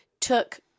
took